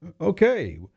Okay